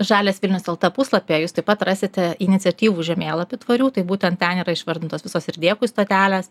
žalias vilnius lt puslapyje jūs taip pat rasite iniciatyvų žemėlapį tvarių tai būtent ten yra išvardintos visos ir dėkui stotelės